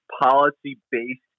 policy-based